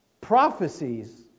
prophecies